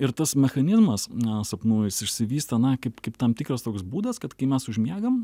ir tas mechanizmas na sapnų jis išsivysto na kaip kaip tam tikras toks būdas kad kai mes užmiegam